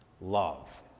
love